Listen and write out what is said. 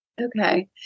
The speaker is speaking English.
Okay